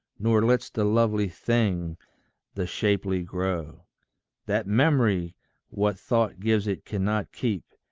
nor lets the lovely thing the shapely grow that memory what thought gives it cannot keep,